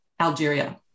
Algeria